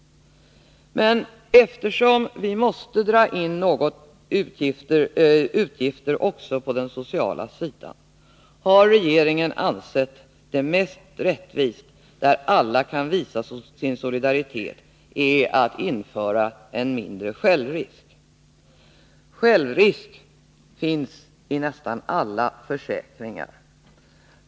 Men eftersom vi måste dra in något på utgifterna också på den sociala sidan har regeringen ansett det mest rättvist att göra det där alla kan visa sin solidaritet, och man föreslår därför att vi skall införa en mindre självrisk. Självrisk finns i nästan alla försäkringar.